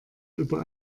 über